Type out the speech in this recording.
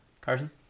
Carson